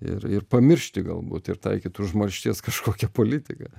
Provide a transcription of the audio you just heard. ir ir pamiršti galbūt ir taikyt užmaršties kažkokią politiką